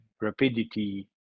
rapidity